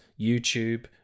YouTube